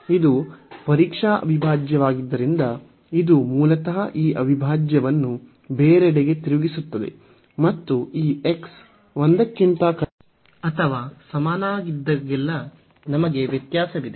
ಇದು ಪರೀಕ್ಷಾ ಅವಿಭಾಜ್ಯವಾಗಿದ್ದರಿಂದ ಇದು ಮೂಲತಃ ಈ ಅವಿಭಾಜ್ಯವನ್ನು ಬೇರೆಡೆಗೆ ತಿರುಗಿಸುತ್ತದೆ ಮತ್ತು ಈ x 1 ಕ್ಕಿಂತ ಕಡಿಮೆ ಅಥವಾ ಸಮನಾಗಿದ್ದಾಗ ನಮಗೆ ವ್ಯತ್ಯಾಸವಿದೆ